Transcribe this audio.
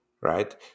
right